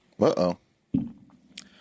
Uh-oh